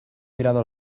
mirada